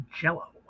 jello